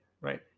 right